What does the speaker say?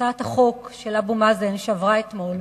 הצעת החוק של אבו מאזן שעברה אתמול,